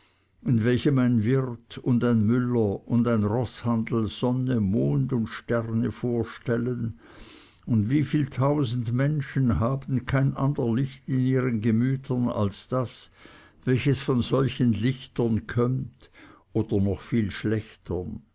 in welchem ein wirt und ein müller und ein roßhandel sonne mond und sterne vorstellen und wie viel tausend menschen haben kein ander licht in ihren gemütern als das welches von solchen lichtern kömmt oder noch viel schlechtern